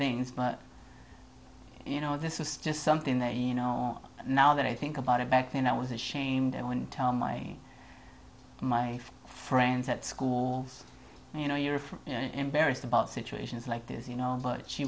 things but you know this is just something that you know now that i think about it back when i was ashamed i wouldn't tell my my friends at schools you know you're from embarrassed about situations like this you know but she